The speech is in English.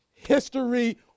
history